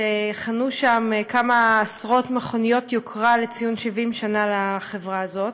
שהחנו שם כמה עשרות מכוניות יוקרה לציון 70 שנה לחברה הזאת.